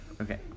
Okay